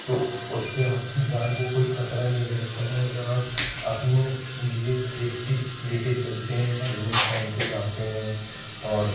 तो उससे आपकी जान को कोई खतरा नई रहता है अगर आप अपने लिए सेफ्टी लेके चलते हैं हेलमेट पहन के जाते हैं और